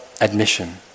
admission